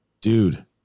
dude